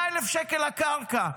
100,000 שקל הקרקע.